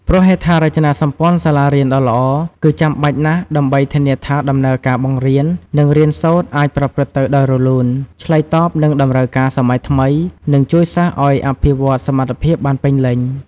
ព្រោះហេដ្ឋារចនាសម្ព័ន្ធសាលារៀនដ៏ល្អ គឺចាំបាច់ណាស់ដើម្បីធានាថាដំណើរការបង្រៀន និងរៀនសូត្រអាចប្រព្រឹត្តទៅដោយរលូន ឆ្លើយតបនឹងតម្រូវការសម័យថ្មី និងជួយសិស្សឲ្យអភិវឌ្ឍសមត្ថភាពបានពេញលេញ។